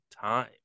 time